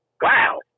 Wow